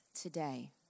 today